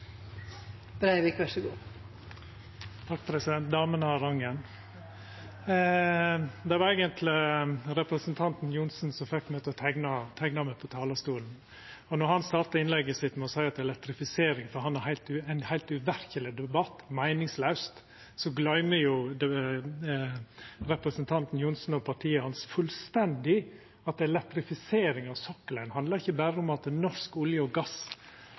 som fekk meg til å teikna meg på talarlista. Når han startar innlegget sitt med å seia at elektrifisering for han er ein heilt uverkeleg debatt, meiningslaus, så gløymer representanten Johnsen og partiet hans fullstendig at elektrifisering av sokkelen handlar ikkje berre om at norsk olje- og gassproduksjon skal klara å redusera klimagassutsleppa sine raskt nok. Det handlar like mykje om konkurransekrafta til norsk olje og gass